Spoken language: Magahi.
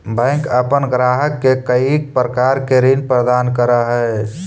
बैंक अपन ग्राहक के कईक प्रकार के ऋण प्रदान करऽ हइ